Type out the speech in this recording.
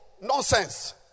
Nonsense